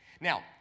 Now